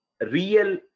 real